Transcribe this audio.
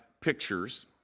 pictures